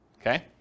Okay